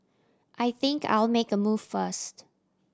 I think I'll make a move first